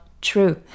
true